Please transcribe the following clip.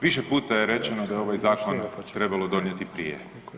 Više puta je rečeno da je ovaj zakon trebalo donijeti prije.